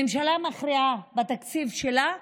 ממשלה מכריעה בתקציב שלה,